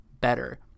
better